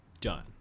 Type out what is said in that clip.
Done